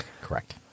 Correct